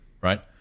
right